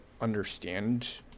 understand